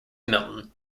milton